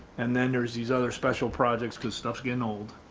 and then there's these other special projects cause stuffs getting old.